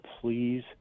please